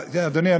אדוני,